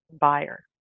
buyer